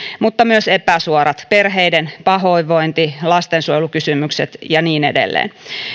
kuin myös epäsuorat perheiden pahoinvointi lastensuojelukysymykset ja niin edelleen